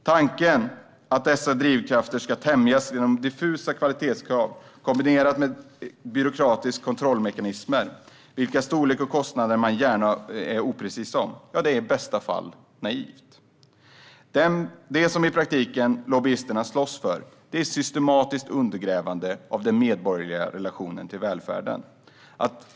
Tanken att dessa drivkrafter ska tämjas genom diffusa kvalitetskrav kombinerat med byråkratiska kontrollmekanismer, vilkas storlek och kostnader man är oprecis om, är i bästa fall naiv. Det som lobbyisterna i praktiken slåss för är ett systematiskt undergrävande av den medborgerliga relationen till välfärden.